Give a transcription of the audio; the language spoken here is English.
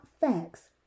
facts